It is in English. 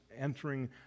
entering